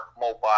mobile